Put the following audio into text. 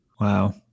Wow